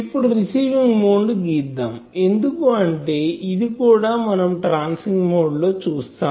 ఇప్పుడు receiving mode ని గీద్దాం ఎందుకు అంటే ఇది కూడా మనం ట్రాన్స్మిటింగ్ మోడ్ లో చూస్తాం